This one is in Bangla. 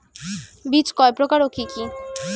বীজ কয় প্রকার ও কি কি?